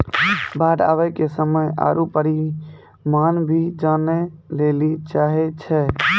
बाढ़ आवे के समय आरु परिमाण भी जाने लेली चाहेय छैय?